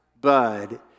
bud